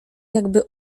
jakby